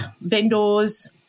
vendors